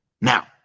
Now